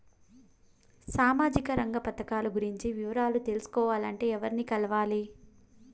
సామాజిక రంగ పథకాలు గురించి వివరాలు తెలుసుకోవాలంటే ఎవర్ని కలవాలి?